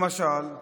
למשל,